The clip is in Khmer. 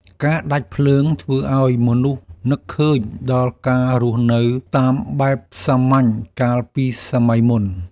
ការដាច់ភ្លើងធ្វើឱ្យមនុស្សនឹកឃើញដល់ការរស់នៅតាមបែបសាមញ្ញកាលពីសម័យមុន។